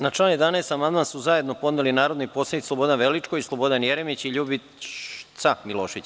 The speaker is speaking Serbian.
Na član 11. amandman su zajedno podneli narodni poslanici Slobodan Veličković, Slobodan Jeremić i Ljubica Milošević.